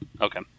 okay